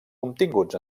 obtinguts